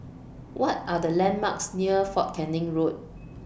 What Are The landmarks near Fort Canning Road